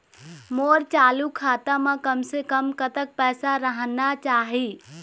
मोर चालू खाता म कम से कम कतक पैसा रहना चाही?